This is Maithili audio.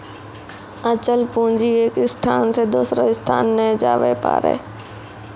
अचल पूंजी एक स्थान से दोसरो स्थान नै जाबै पारै